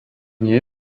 nie